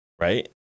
Right